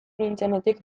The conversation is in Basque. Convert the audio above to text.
nintzenetik